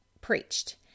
preached